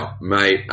mate